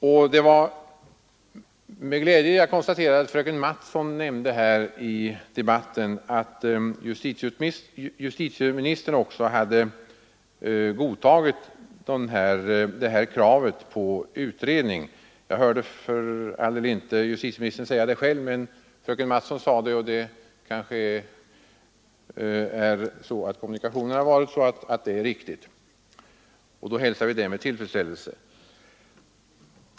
Jag konstaterar med glädje att fröken Mattson i debatten nämnde att även justitieministern har godtagit detta krav på utredning. Jag hörde för all del inte justitieministern själv säga det, men fröken Mattson sade det, och då kanske det ändå är riktigt.